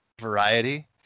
variety